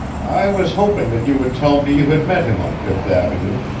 i was hoping that you would tell me you had met him on fifth avenue,